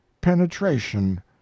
penetration